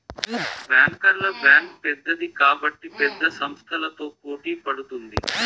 బ్యాంకర్ల బ్యాంక్ పెద్దది కాబట్టి పెద్ద సంస్థలతో పోటీ పడుతుంది